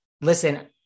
Listen